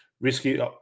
risky